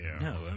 no